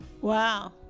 Wow